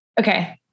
Okay